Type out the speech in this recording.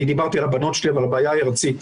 אני דיברתי על הבנות שלי, אבל הבעיה היא ארצית.